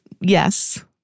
yes